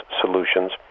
solutions